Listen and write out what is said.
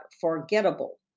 forgettable